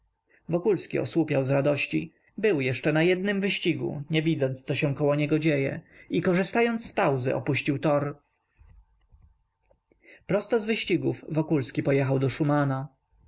monsieur wokulski osłupiał z radości był jeszcze na jednym wyścigu nie widząc co się koło niego dzieje i korzystając z pauzy opuścił tor prosto z wyścigów wokulski pojechał do szumana